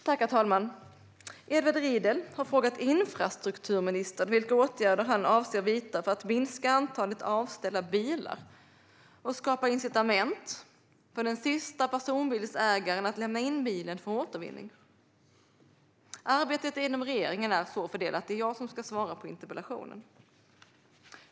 Herr talman! Edward Riedl har frågat infrastrukturministern vilka åtgärder han avser vidta för att minska antalet avställda bilar och skapa incitament för den sista personbilsägaren att lämna in bilen för återvinning. Arbetet inom regeringen är så fördelat att det är jag som ska svara på interpellationen.